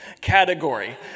category